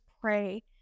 pray